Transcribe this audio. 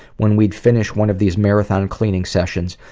when we'd finish one of these marathon and cleaning sessions,